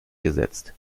gesetzt